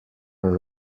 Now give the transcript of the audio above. are